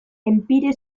empire